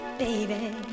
baby